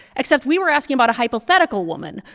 except we were asking about a hypothetical woman.